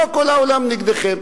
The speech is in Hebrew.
לא כל העולם נגדכם.